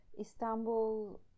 Istanbul